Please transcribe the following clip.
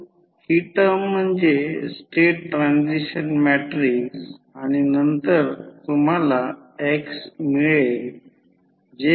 तर sin ω t 90o म्हणजे E1 याचा अर्थ असा की जर ∅ sin ω t हा संदर्भ आहे आणि तो लॉस आहे तर लॉसकडे दुर्लक्ष केले आहे